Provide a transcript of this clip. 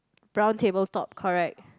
round table top correct